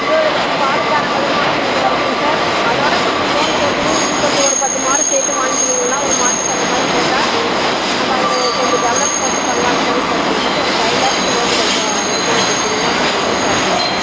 இருபது லிட்டர் பாலுக்கான வருமானம் எனக்கு வருதுங்க சார் அதோடய கொஞ்சம் லோன் போட்டு இன்னும் பத்து ஒரு பத்து மாடு சேர்த்து வாங்கிக்கினோம்னா ஒரு மாட்டுப்பண்ணை மாதிரி போட்டால் நம்ம அதில் கொஞ்சம் டெவலப்மெண்ட் பண்ணலான்னு தாங்க சார் கேட்குறேன் ஒரு ஃபைவ் லேக்ஸ் லோன் கொஞ்சம் ரெடி பண்ணி கொடுத்தீங்கன்னா கொஞ்சம் யூஸ்ஸாக இருக்குதுங்க சார்